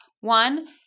One